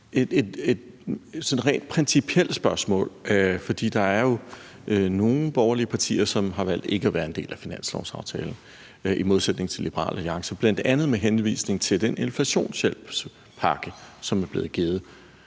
et rent principielt spørgsmål. Der er jo nogle borgerlige partier, som har valgt ikke at være en del af finanslovsaftalen i modsætning til Liberal Alliance, bl.a. med henvisning til den inflationshjælpepakke, som er blevet givet,